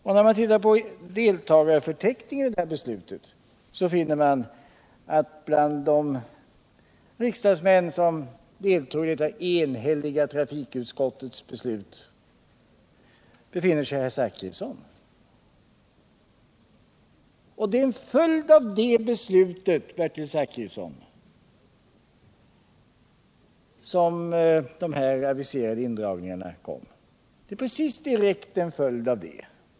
Och när man tittar på deltagarförteckningen för beslutet finner man att bland de riksdagsmän som deltog i detta trafikutskottets enhälliga beslut befinner sig herr Zachrisson. Det är som en följd av det beslutet, Bertil Zachrisson, som de här aviserade indragningarna kommer. De är precis en direkt följd av det.